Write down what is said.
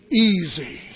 Easy